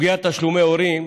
סוגיית תשלומי הורים,